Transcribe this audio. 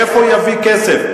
מאיפה הוא יביא כסף?